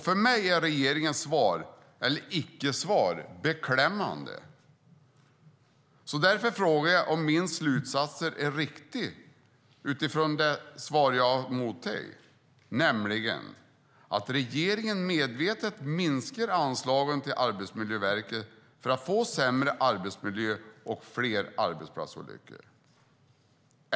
För mig är regeringens svar - eller icke-svar - beklämmande. Därför frågar jag om mina slutsatser utifrån det svar jag har mottagit är riktiga, nämligen att regeringen medvetet minskar anslagen till Arbetsmiljöverket för att få sämre arbetsmiljö och fler arbetsplatsolyckor.